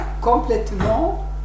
complètement